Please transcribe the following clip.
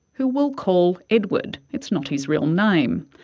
who we'll call edward. it's not his real name.